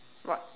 what